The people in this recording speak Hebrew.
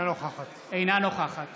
אינה נוכחת